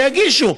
שיגישו.